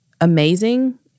amazing